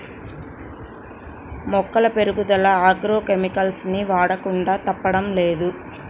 మొక్కల పెరుగుదల agrochemicals ని వాడకుండా తప్పడం లేదు